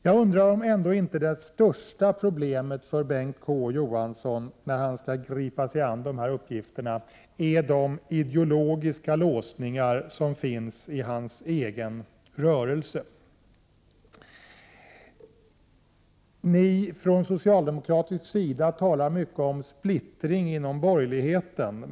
Jag undrar ändå om inte det största problemet för Bengt K Å Johansson, när han skall gripa sig an dessa uppgifter, ändå är de ideologiska låsningar som finns i hans egen rörelse. Från socialdemokratisk sida talar ni mycket om splittring inom borgerligheten.